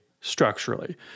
structurally